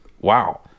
Wow